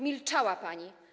Milczała pani.